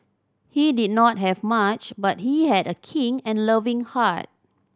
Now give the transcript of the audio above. he did not have much but he had a kind and loving heart